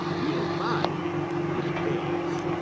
you'll find it pays.